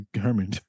Herman